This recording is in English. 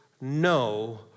no